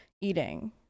eating